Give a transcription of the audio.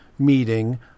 meeting